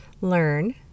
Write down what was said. learn